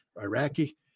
Iraqi